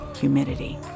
humidity